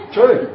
True